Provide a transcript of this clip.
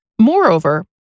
Moreover